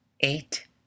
eight